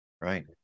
Right